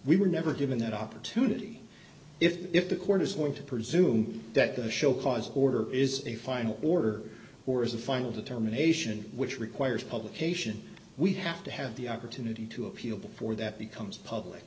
we were never given that opportunity if the court is going to presume that the show cause order is a final order or is the final determination which requires publication we have to have the opportunity to appeal before that becomes public